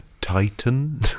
titan